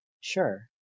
Sure